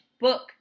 book